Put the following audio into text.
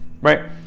right